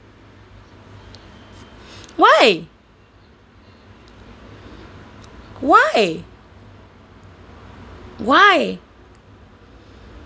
why why why